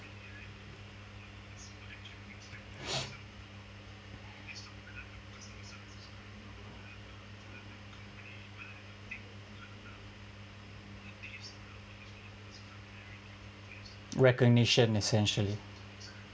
recognition essentially